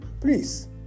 Please